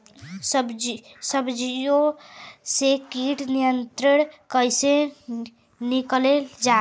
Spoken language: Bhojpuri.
सब्जियों से कीट नियंत्रण कइसे कियल जा?